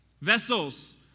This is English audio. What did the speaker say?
vessels